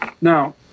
Now